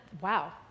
wow